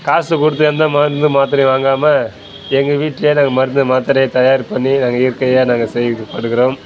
காசு கொடுத்து எந்த மருந்து மாத்திரையும் வாங்காம எங்கள் வீட்லையே நாங்கள் மருந்து மாத்திரைய தயார் பண்ணி நாங்கள் இயற்கையாக நாங்கள் செய்து பண்ணுகிறோம்